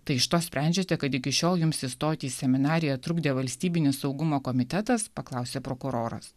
tai iš to sprendžiate kad iki šiol jums įstoti į seminariją trukdė valstybinis saugumo komitetas paklausė prokuroras